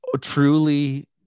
truly